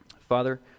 Father